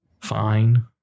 fine